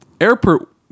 Airport